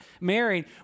married